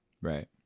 right